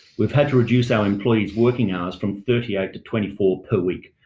we've had to reduce our employees' working hours from thirty eight to twenty four per week.